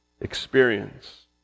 experience